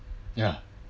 ya